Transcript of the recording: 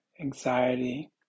anxiety